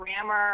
grammar